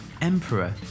Emperor